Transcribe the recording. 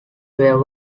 were